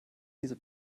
diese